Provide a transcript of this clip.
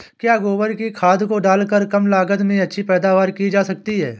क्या गोबर की खाद को डालकर कम लागत में अच्छी पैदावारी की जा सकती है?